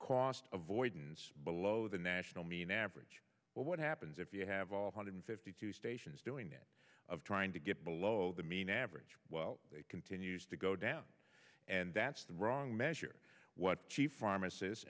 cost avoidance below the national mean average well what happens if you have all hundred fifty two stations doing it of trying to get below the mean average well it continues to go down and that's the wrong measure what chief pharmacist